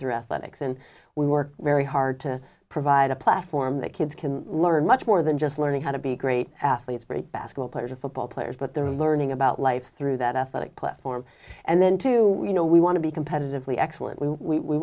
through athletics and we work very hard to provide a platform that kids can learn much more than just learning how to be great athletes great basketball players or football players but they're learning about life through that athletic platform and then to you know we want to be competitively excellent we w